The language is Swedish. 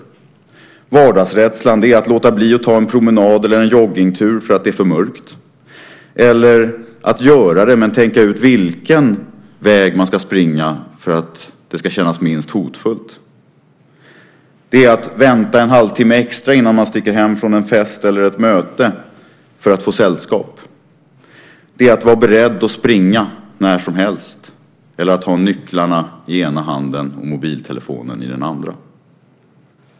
Vardagsrädslan är att låta bli att ta en promenad eller en joggingtur för att det är för mörkt, eller att göra det men tänka ut vilken väg man ska springa för att det ska kännas minst hotfullt. Det är att vänta en halvtimme extra innan man sticker hem från en fest eller ett möte för att få sällskap. Det är att vara beredd att springa när som helst, eller att ha nycklarna i ena handen och mobiltelefonen i den andra.